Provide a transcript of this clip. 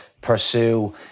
pursue